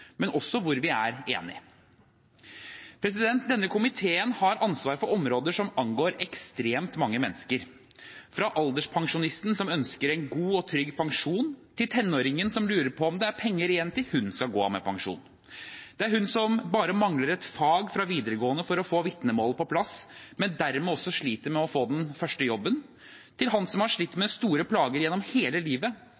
også hvor vi er enige. Denne komiteen har ansvaret for områder som angår ekstremt mange mennesker: fra alderspensjonisten som ønsker en god og trygg pensjon, til tenåringen som lurer på om det er penger igjen til hun skal gå av med pensjon – fra hun som mangler bare ett fag fra videregående for å få vitnemålet på plass, men dermed også sliter med å få den første jobben, til han som har slitt